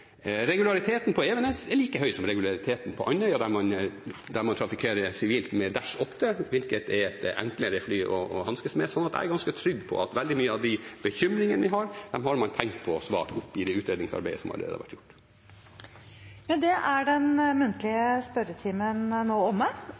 Regulariteten på Evenes er like høy som regulariteten på Andøya, der man trafikkerer sivilt med Dash 8, hvilket er et enklere fly å hanskes med. Så jeg er ganske trygg på at veldig mye av de bekymringene vi har, har man tenkt på og svart opp i det utredningsarbeidet som allerede har vært gjort. Med det er den muntlige